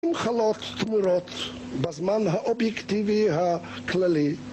חלות תמורות בזמן האובייקטיבי הכללי